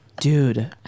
dude